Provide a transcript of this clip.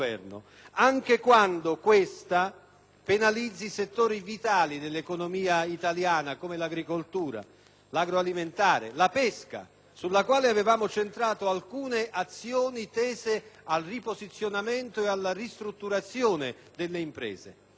penalizzi settori vitali dell'economia italiana come l'agricoltura, il settore agroalimentare, la pesca (sulla quale avevamo centrato alcune azioni tese al riposizionamento e alla ristrutturazione delle imprese). Peraltro, eravamo incoraggiati